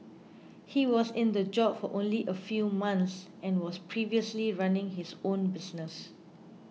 he was in the job for only a few months and was previously running his own business